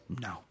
no